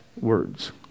words